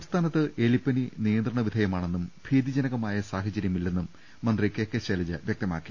സംസ്ഥാനത്ത് എലിപ്പനി നിയന്ത്രണവിധേയമാണെന്നും ഭീതി ജനകമായ സാഹചര്യമില്ലെന്നും മന്ത്രി കെ കെ ശൈലജ വ്യക്തമാക്കി